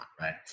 right